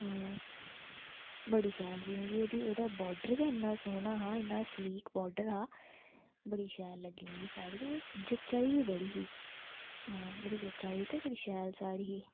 बड़ी शैल ही मिगी ओह्दी ओह्दा बार्डर गै इन्ना सोह्ना हा इन्ना स्लीक बार्डर हा बड़ी शैल लग्गी मिगी ओह् साड़ी ते जच्चा दी बी बड़ी ही हां बड़ी जच्चा दी ही ते बड़ी शैल साड़ी ही